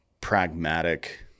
pragmatic